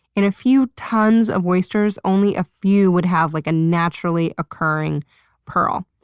in a few tons of oysters, only a few would have like a naturally occurring pearl.